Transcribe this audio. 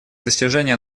достижения